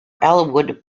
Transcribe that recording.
elwood